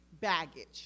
baggage